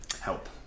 help